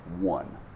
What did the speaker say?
one